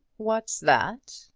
what's that?